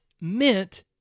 meant